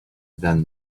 than